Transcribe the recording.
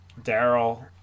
Daryl